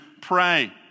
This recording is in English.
pray